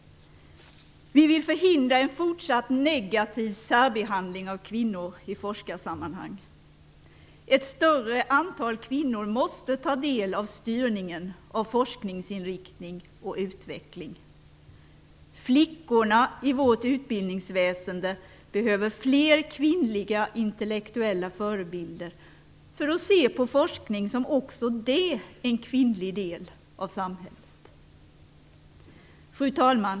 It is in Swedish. Vi vill förhindra en fortsatt negativ särbehandling av kvinnor i forskarsammanhang. Ett större antal kvinnor måste ta del av styrningen av forskningsinriktning och utveckling. Flickorna i vårt utbildningsväsende behöver fler kvinnliga intellektuella förebilder för att se på forskning som också en kvinnlig del av samhället. Fru talman!